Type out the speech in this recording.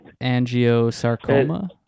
angiosarcoma